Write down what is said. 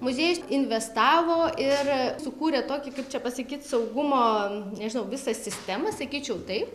muziejus investavo ir sukūrė tokį kaip čia pasakyt saugumo nežinau visą sistemą sakyčiau taip